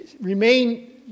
Remain